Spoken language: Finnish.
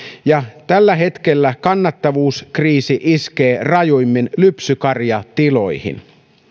ja tällä hetkellä kannattavuuskriisi iskee rajuimmin lypsykarjatiloihin